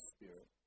Spirit